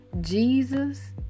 Jesus